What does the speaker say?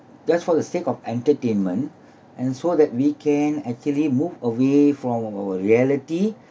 just for the sake of entertainment and so that we can actually move away from our reality